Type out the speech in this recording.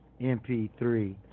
MP3